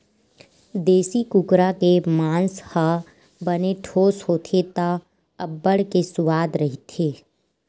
देसी कुकरा के मांस ह बने ठोस होथे त अब्बड़ के सुवाद रहिथे